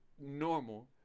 normal